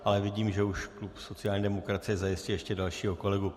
Ale vidím, že už klub sociální demokracie zajistí ještě dalšího kolegu.